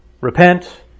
Repent